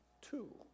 Two